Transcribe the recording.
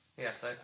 Yes